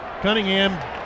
Cunningham